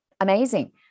Amazing